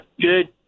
good